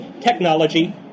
technology